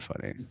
funny